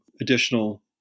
additional